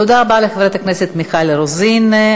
תודה רבה לחברת הכנסת מיכל רוזין.